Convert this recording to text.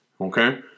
Okay